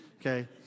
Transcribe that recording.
Okay